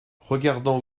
regardant